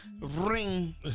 Ring